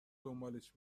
دنبالش